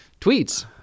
tweets